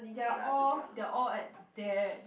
they're all they're all at that